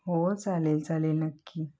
हो चालेल चालेल नक्की